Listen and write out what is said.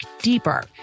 deeper